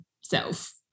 self